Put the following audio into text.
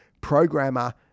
Programmer